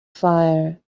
fire